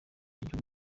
igihugu